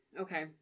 okay